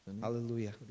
Hallelujah